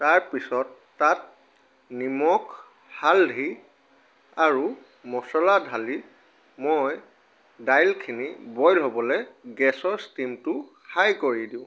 তাৰপিছত তাত নিমখ হালধি আৰু মছলা ঢালি মই দাইলখিনি বইল হ'বলৈ গেছৰ ষ্টিমটো হাই কৰি দিওঁ